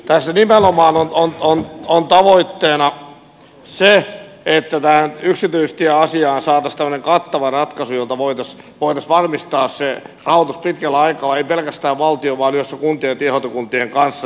tässä nimenomaan on tavoitteena se että tähän yksityistieasiaan saataisiin tämmöinen kattava ratkaisu jotta voitaisiin varmistaa se rahoitus pitkällä aikavälillä ei pelkästään valtion vaan yhdessä kuntien ja tiehoitokuntien kanssa